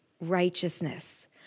righteousness